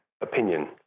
opinion